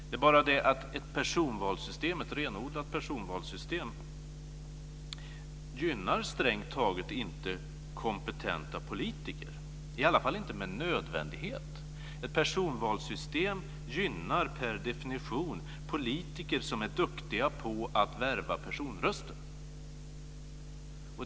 Det är bara det att ett renodlat personvalssystem strängt taget inte gynnar kompetenta politiker, i varje fall inte med nödvändighet. Ett personvalssystem gynnar per definition politiker som är duktiga på att värva personröster.